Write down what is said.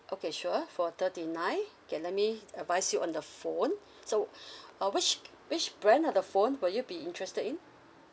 okay sure for thirty nine K let me advise you on the phone so uh which which brand of the phone will you be interested in